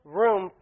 room